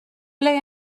ble